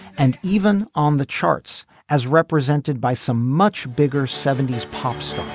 and even on the charts as represented by some much bigger seventy s pop so